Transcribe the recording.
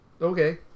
Okay